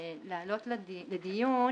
להעלות לדיון.